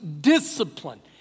discipline